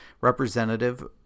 Representative